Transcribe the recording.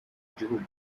gihugu